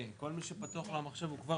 מחולקת בהתאם לחוק יסודות התקציב לסעיפי הוצאה,